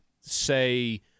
say